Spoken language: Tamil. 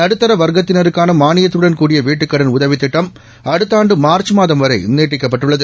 நடுத்தரவர்க்கத்தினருக்கானமானியத்துடன் கூடிய வீட்டுக்கடன் உதவித் திட்டம் அடுத்தஆண்டுமாா்ச் மாதம் வரைநீட்டிக்கப்பட்டுள்ளது